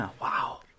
Wow